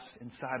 inside